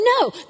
No